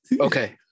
okay